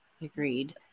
agreed